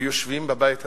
ויושבים בבית הזה,